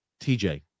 TJ